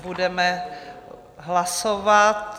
Budeme hlasovat.